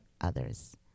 others